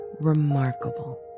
remarkable